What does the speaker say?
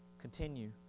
continue